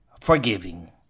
forgiving